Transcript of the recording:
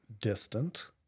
distant